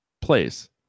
place